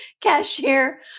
cashier